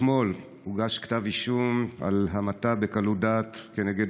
אתמול הוגש כתב אישום על המתה בקלות דעת כנגד